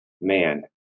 man